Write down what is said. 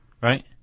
right